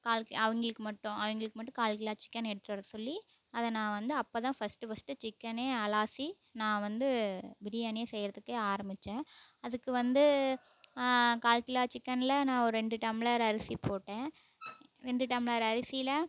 கால் கி அவங்களுக்கு மட்டும் அவங்களுக்கு மட்டும் கால் கிலோ சிக்கன் எடுத்துட்டு வர சொல்லி அதை நான் வந்து அப்போ தான் ஃபஸ்ட்டு ஃபஸ்ட்டு சிக்கனே அலசி நான் வந்து பிரியாணியே செய்கிறத்துக்கே ஆரமித்தேன் அதுக்கு வந்து கால் கிலோ சிக்கனில் நான் ஒரு ரெண்டு டம்ளர் அரிசி போட்டேன் ரெண்டு டம்ளர் அரிசியில்